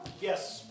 Yes